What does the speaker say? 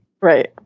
Right